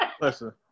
Listen